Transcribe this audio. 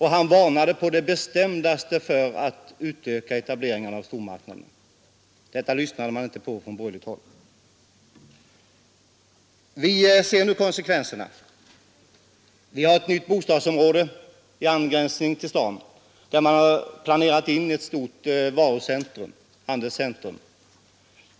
Han varnade på det bestämdaste för att utöka etableringen av stormarknader. Detta lyssnade man inte på från borgerligt håll. Vi ser nu konsekvenserna. I ett till staden angränsande nytt bostadsområde har man planerat in ett stort handelscentrum.